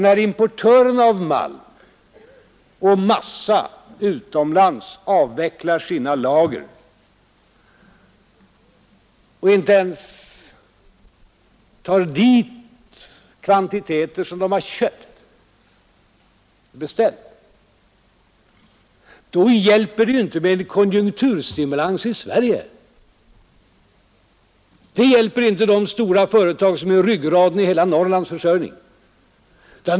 När importörerna av malm och massa utomlands avvecklar sina lager och inte ens tar dit kvantiteter som de beställt, då hjälper det inte med en konjunkturstimulans i Sverige. Det hjälper inte de företag som utgör ryggraden i hela Norrlands försörjning.